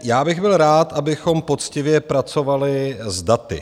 Já bych byl rád, abychom poctivě pracovali s daty.